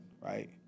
right